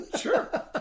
Sure